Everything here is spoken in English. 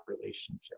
relationship